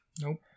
nope